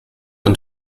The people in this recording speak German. und